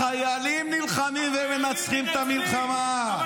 החיילים נלחמים ומנצחים את המלחמה,